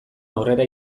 aurrera